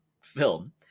film